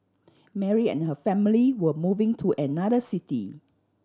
Mary and her family were moving to another city